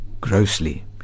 grossly